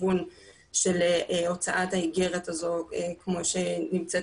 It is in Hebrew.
לכיוון של הוצאת האיגרת הזאת כמו שהיא נמצאת,